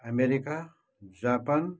America Japan